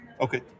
Okay